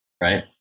right